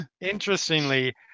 Interestingly